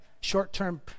short-term